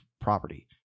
property